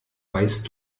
weißt